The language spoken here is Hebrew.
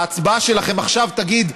ההצבעה שלכם עכשיו תגיד.